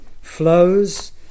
flows